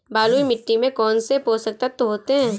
बलुई मिट्टी में कौनसे पोषक तत्व होते हैं?